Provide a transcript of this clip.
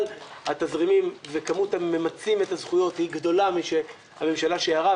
אבל התזרימים וכמות הממצים את הזכויות היא גדולה ממה שהממשלה שיערה,